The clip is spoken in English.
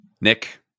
Nick